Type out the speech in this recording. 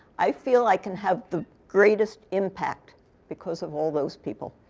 i feel i can have the greatest impact because of all those people.